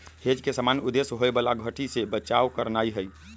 hedge के सामान्य उद्देश्य होयबला घट्टी से बचाव करनाइ हइ